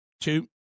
two